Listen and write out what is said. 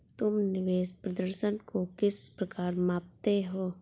तुम निवेश प्रदर्शन को किस प्रकार मापते हो?